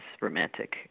romantic